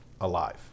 alive